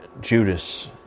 Judas